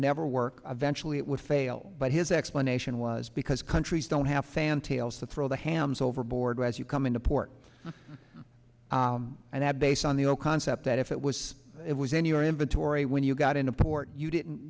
never work eventual it would fail but his explanation was because countries don't have fantail so throw the hands overboard as you come into port and have based on the the concept that if it was it was in your inventory when you got into port you didn't